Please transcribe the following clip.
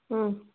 إں